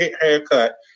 haircut